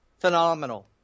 Phenomenal